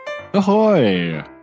Ahoy